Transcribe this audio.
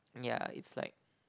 ya it's like